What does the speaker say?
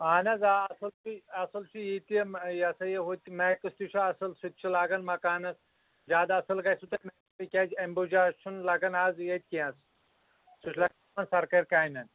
اہن حظ آ اَصٕل پی اَصٕل چھُ یِتہِ یہِ ہَسا یہِ ہُتہِ میکٕس تہِ چھُ اَصٕل سُہ تہِ لَگَان مَکانَس زیادٕ اَصٕل گَژھیو تۄہِہ میکسٕے کیازِ ایمبوٗجا چھُنہٕ لَگَان آز ییٚتہِ کینٛہہ سُہ چھِ لَگان سَرکٲرۍ کامٮ۪ن